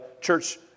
church